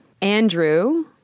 Andrew